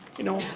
you know,